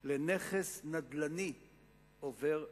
לנכס נדל"ני עובר לסוחר?